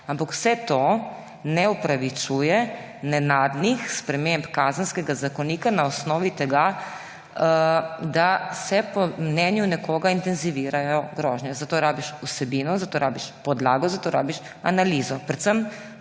Ampak vse to ne opravičuje nenadnih sprememb Kazenskega zakonika na osnovi tega, da se po mnenju nekoga intenzivirajo grožnje. Za to rabiš vsebino, za to rabiš